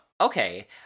okay